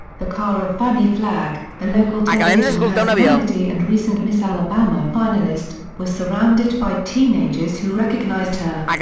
the car of fannie flagg, a local television personality and recent miss alabama finalist, was surrounded by teenagers who recognized her.